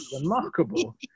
remarkable